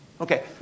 Okay